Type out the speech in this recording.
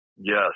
Yes